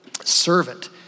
servant